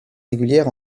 régulière